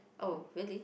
oh really